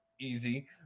easy